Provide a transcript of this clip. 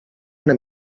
una